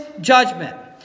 judgment